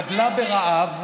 וגדלה ברעב.